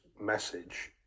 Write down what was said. message